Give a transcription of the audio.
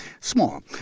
small